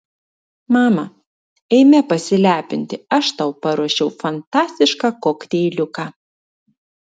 mama eime pasilepinti aš tau paruošiau fantastišką kokteiliuką